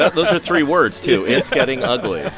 ah those are three words, too. it's getting ugly,